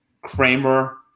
Kramer